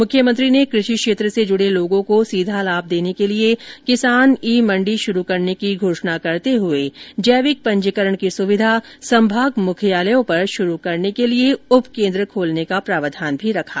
मुख्यमंत्री ने कृषि क्षेत्र से जूड़े लोगों को सीधा लाभ देने के लिए किसान ई मंडी शुरू करने की घोषणा करते हुए जैविक पंजीकरण की सुविधा संभाग मुख्यालयों पर शुरू करने के लिए उप केन्द्र खोलने का प्रावधान भी रखा